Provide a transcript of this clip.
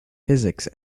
physics